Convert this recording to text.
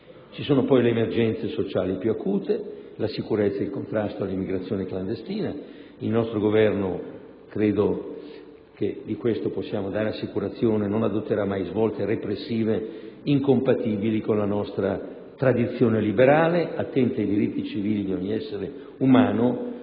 Ci sono poi le emergenze sociali più acute: la sicurezza ed il contrasto all'immigrazione clandestina. Il nostro Governo - credo che di questo possiamo dare assicurazione - non adotterà mai svolte repressive, incompatibili con la nostra tradizione liberale, attenta ai diritti civili di ogni essere umano,